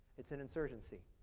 it's and insurgency.